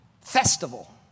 festival